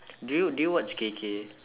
do you do you watch K K